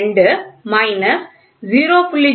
002 minus 0